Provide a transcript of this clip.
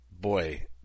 boy